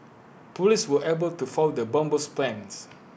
Police were able to foil the bomber's plans